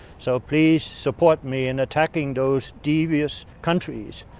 so please support me in attacking those devious countries.